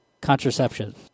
contraception